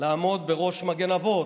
לעמוד בראש מגן אבות.